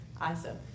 awesome